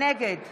נגד